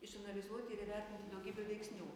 išanalizuoti ir įvertinti daugybę veiksnių